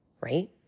right